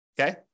Okay